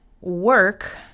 work